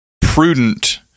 prudent